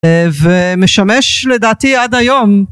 ומשמש לדעתי עד היום